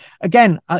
again